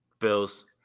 Bills